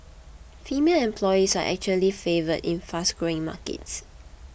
female employees are actually favoured in fast growing markets